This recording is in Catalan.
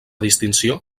distinció